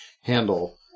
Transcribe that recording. handle